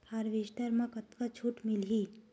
Harvester म कतका छूट मिलही?